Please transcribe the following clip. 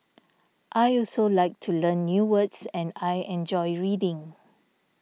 I also like to learn new words and I enjoy reading